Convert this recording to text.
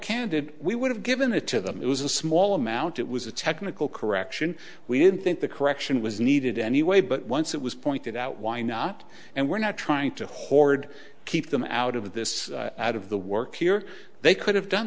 candid we would have given it to them it was a small amount it was a technical correction we didn't think the correction was needed anyway but once it was pointed out why not and we're not trying to hoard keep them out of this out of the work here they could have done